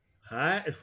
hi